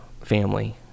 family